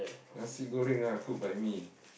nasi goreng ah cooked by me